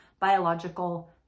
biological